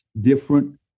different